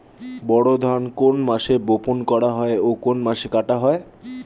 বোরো ধান কোন মাসে বপন করা হয় ও কোন মাসে কাটা হয়?